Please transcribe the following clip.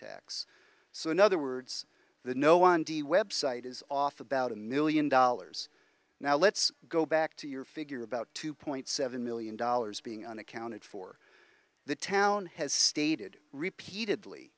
tax so in other words the no on the website is off about a million dollars now let's go back to your figure about two point seven million dollars being unaccounted for the town has stated repeatedly